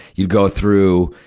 you go through,